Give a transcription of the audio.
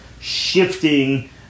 shifting